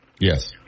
Yes